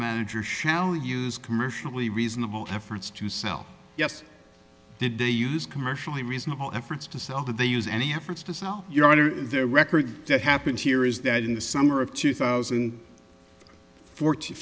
manager shall use commercially reasonable efforts to sell yes did they use commercially reasonable efforts to sell that they use any efforts to sell your art or their record that happens here is that in the summer of two thousand fourteen